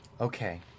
Okay